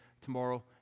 tomorrow